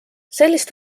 sellist